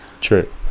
True